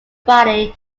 body